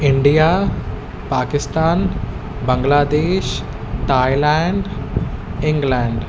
India Pakistan Bangladesh Thailand England